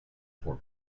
for